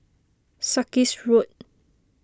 Sarkies Road